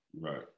Right